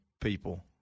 people